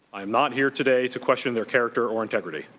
i'm not here today to question their character or integrity.